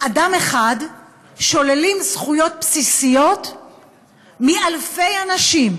אדם אחד, שוללים זכויות בסיסיות מאלפי אנשים.